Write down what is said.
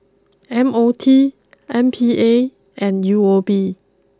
M O T M P A and U O B